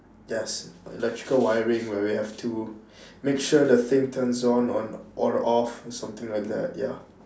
yes electrical wiring where we have to make sure the thing turns on on or off or something like that ya